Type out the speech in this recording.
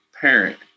parent